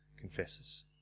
confesses